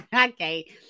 Okay